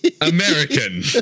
American